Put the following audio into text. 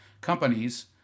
companies